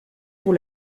pour